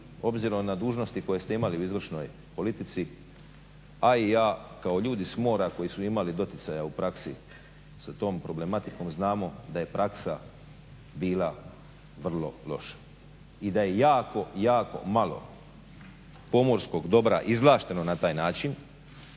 obzirom na dužnosti koje ste imali u izvršnoj politici, a i ja kao ljudi s mora koji su imali doticaja u praksi sa tom problematikom znamo da je praksa bila vrlo loša i da je jako, jako malo pomorskog dobra izvlašteno na taj način